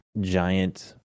giant